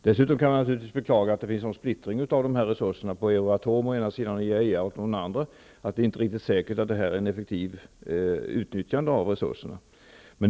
Man kan naturligtvis också beklaga splittringen av resurserna på å ena sidan Euratom, å andra sidan IAEA, som gör att det inte är riktigt säkert att resurserna utnyttjas effektivt.